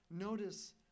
Notice